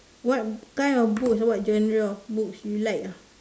what kind of books what genre of books you like ah